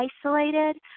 isolated